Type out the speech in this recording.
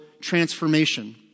transformation